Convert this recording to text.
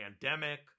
pandemic